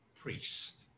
priest